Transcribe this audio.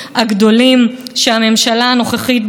מספרת לנו בעניין בית המשפט העליון